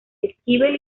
esquivel